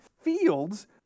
Fields